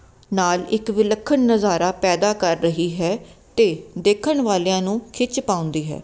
ਨਾਲ ਇੱਕ ਵਿਲੱਖਣ ਨਜ਼ਾਰਾ ਪੈਦਾ ਕਰ ਰਹੀ ਹੈ ਅਤੇ ਦੇਖਣ ਵਾਲਿਆਂ ਨੂੰ ਖਿੱਚ ਪਾਉਂਦੀ ਹੈ